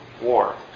war